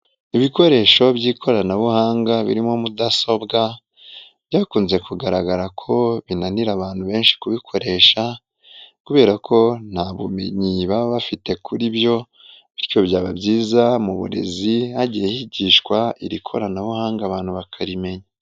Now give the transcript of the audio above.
Ibikoresho by'ikoranabuhanga birimo mudasobwa, byakunze kugaragara ko binanira abantu benshi kubikoresha kubera ko nta bumenyi baba bafite kuri byo bityo byaba byiza mu burezi hagiye higishwa iri koranabuhanga abantu bakarimenya.